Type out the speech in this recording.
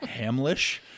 hamlish